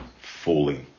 fully